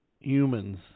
Humans